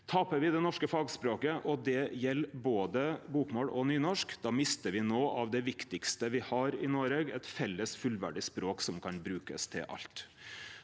Tapar me det norske fagspråket – og det gjeld både bokmål og nynorsk – mistar me noko av det viktigaste me har i Noreg: eit felles fullverdig språk som kan brukast til alt.